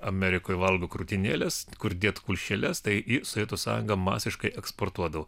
amerikoj valgo krūtinėles kur dėt kulšeles tai į sovietų sąjungą masiškai eksportuodavo